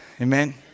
amen